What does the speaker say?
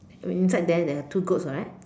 inside there there are two goats right